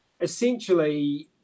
essentially